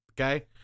Okay